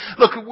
look